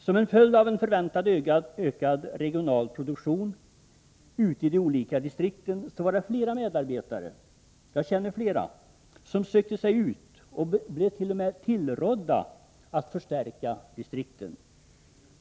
Som en följd av en förväntad ökad regional produktion ute i de olika distrikten var det flera medarbetare — jag känner själv flera stycken — som sökte sig ut ocht.o.m. blev tillrådda att förstärka distrikten.